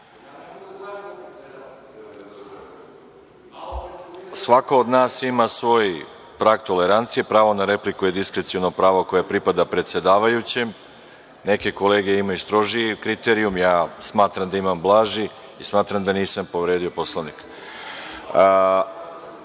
od nas ima svoj prag tolerancije, pravo na repliku je diskreciono pravo koje pripada predsedavajućem. Neke kolege imaju strožiji kriterijum, ja smatram da imam blaži i smatram da nisam povredio